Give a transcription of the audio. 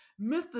Mr